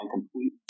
complete